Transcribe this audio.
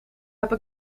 heb